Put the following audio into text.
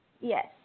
Yes